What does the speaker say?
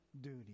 duty